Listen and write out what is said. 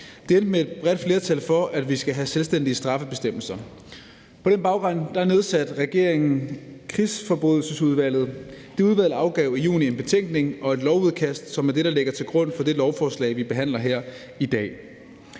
Det endte med et bredt flertal for, at vi skal have selvstændige straffebestemmelser. På den baggrund nedsatte regeringen Krigsforbrydelsesudvalget. Det udvalg afgav i juni en betænkning og et lovudkast, som er det, der ligger til grund for det lovforslag, vi behandler her i dag.